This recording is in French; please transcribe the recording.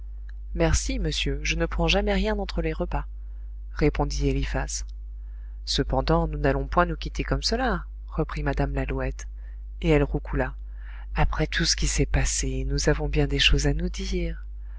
merci monsieur je ne prends jamais rien entre les repas répondit eliphas cependant nous n'allons point nous quitter comme cela reprit mme lalouette et elle roucoula après tout ce qui s'est passé nous avons bien des choses à nous dire